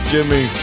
Jimmy